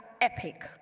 epic